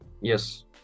Yes